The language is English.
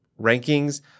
rankings